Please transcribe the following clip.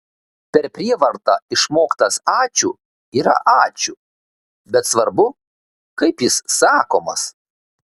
per prievartą išmoktas ačiū yra ačiū bet svarbu kaip jis sakomas